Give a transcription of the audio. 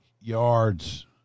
yards